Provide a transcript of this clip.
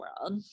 world